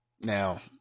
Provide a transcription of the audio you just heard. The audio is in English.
now